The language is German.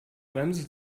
bremse